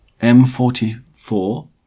M44